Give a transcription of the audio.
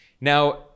now